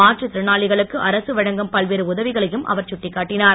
மாற்றுத் திறனாளிகளுக்கு அரசு வழங்கும் பல்வேறு உதவிகளையும் அவர் குட்டிக்காட்டினார்